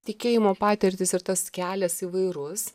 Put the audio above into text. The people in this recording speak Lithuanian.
tikėjimo patirtys ir tas kelias įvairus